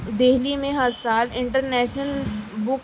دہلی میں ہر سال انٹرنیشنل بک